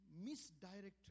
misdirected